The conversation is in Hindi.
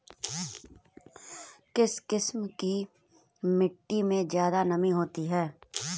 किस किस्म की मिटटी में ज़्यादा नमी होती है?